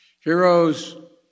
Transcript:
heroes